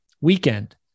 weekend